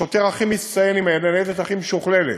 לא השוטר הכי מצטיין עם הניידת הכי משוכללת,